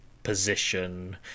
position